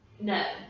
No